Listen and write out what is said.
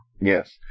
Yes